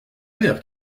mère